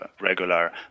regular